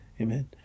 amen